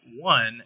one